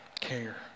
care